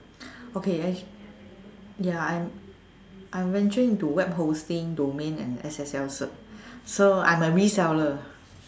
okay I ya I'm venturing into web hosting domain and S_S_L cert so I'm a reseller